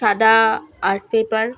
সাদা art paper